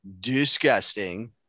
disgusting